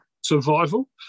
survival